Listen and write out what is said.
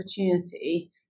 opportunity